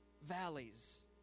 Valleys